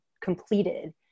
completed